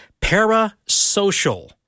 parasocial